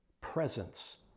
presence